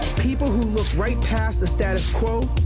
people who look right past the status quo,